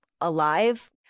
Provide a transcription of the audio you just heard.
alive